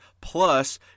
Plus